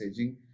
messaging